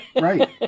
right